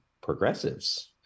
progressives